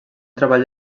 treball